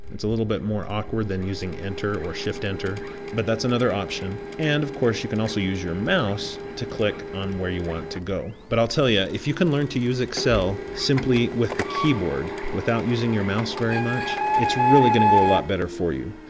it's a little bit more awkward than using enter or shift enter but that's another option and of course you can also use your mouse to click on where you want to go? but i'll tell you yeah if you can learn to excel simply with the keyboard without using your mouse very much it's really going to go a lot better for you.